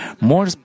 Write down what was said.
More